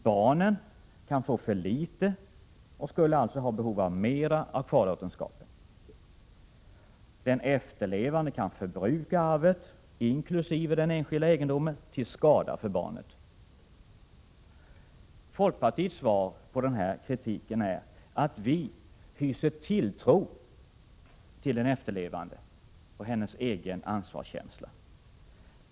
Barnen kan få för litet och skulle alltså ha behov av mera av kvarlåtenskapen. Den efterlevande kan förbruka arvet inkl. den enskilda egendomen till skada för barnen. Folkpartiets svar på sådan kritik är att vi hyser tilltro till den efterlevande och hennes egen ansvarskänsla.